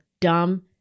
dumb